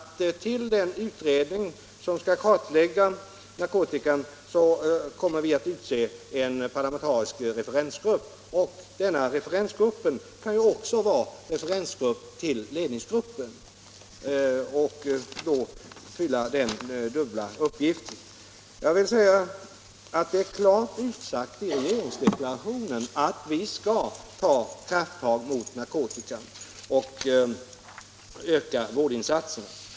Till den utredning som skall kartlägga narkotikaproblemen kommer vi att utse en parlamentarisk referensgrupp. Denna referensgrupp kan ju fylla den dubbla uppgiften att samtidigt vara referensgrupp till ledningsgruppen. Det är klart utsagt i regeringsdeklarationen att vi skall ta krafttag mot narkotikaproblemen och öka vårdinsatserna.